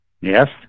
Yes